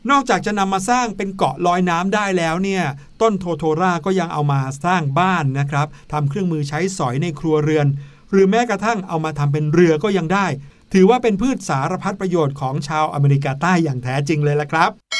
นอกจากจะนำมาสร้างเป็นเกาะลอยน้ำได้แล้วเนี่ย ต้นโทโทราก็ยังเอามาสร้างบ้านนะครับ ทำเครื่องมือใช้สอยในครัวเรือน หรือแม้กระทั่งเอามาทำเป็นเรือก็ยังได้ ถือว่าเป็นพืชสารพัดประโยชน์ของชาวอเมริกาใต้อย่างแท้จริงเลยล่ะครับ